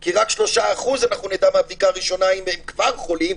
כי רק 3% אנחנו נדע מהבדיקה הראשונה אם הם כבר חולים,